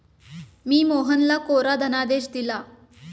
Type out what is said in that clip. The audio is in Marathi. मी मोहनला कोरा धनादेश दिला